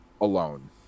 alone